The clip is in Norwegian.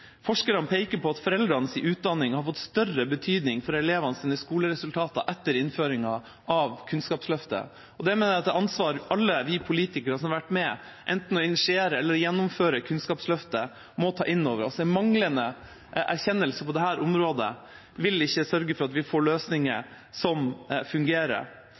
for elevenes skoleresultater etter innføringen av Kunnskapsløftet. Det mener jeg er et ansvar alle vi politikere som har vært med på enten å initiere eller å gjennomføre Kunnskapsløftet, må ta inn over oss. En manglende erkjennelse på dette området vil ikke sørge for at vi får løsninger som fungerer.